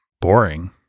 boring